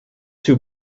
too